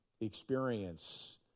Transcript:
experience